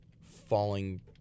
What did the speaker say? falling